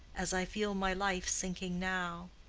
as i feel my life sinking now.